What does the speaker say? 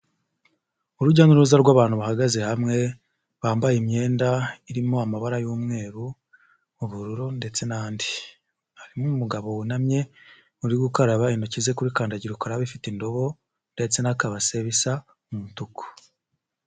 Urujya n'uruza rw'abantu bahagaze hamwe, bambaye imyenda irimo amabara y'umweru, ubururu ndetse n'andi, harimo umugabo wunamye uri gukaraba intoki ze kuri kandagira ukaraba, ifite indobo ndetse n'akabase bisa umutuku.